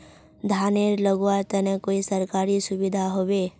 धानेर लगवार तने कोई सरकारी सुविधा होबे?